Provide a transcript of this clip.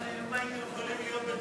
אם היינו יכולים להיות בטוחים.